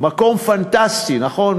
מקום פנטסטי, נכון?